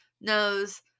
knows